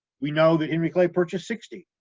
we know that henry clay purchased sixty,